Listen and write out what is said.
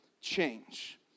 change